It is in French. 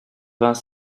vingt